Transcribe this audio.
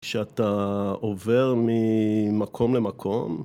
כשאתה עובר ממקום למקום.